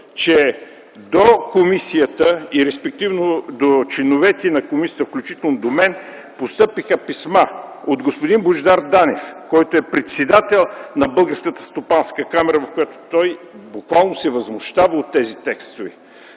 че до комисията и респективно до членовете на комисията, включително до мен, постъпиха писма: от господин Божидар Танев – председател на Българската стопанска камара, където той буквално се възмущава от тези текстове;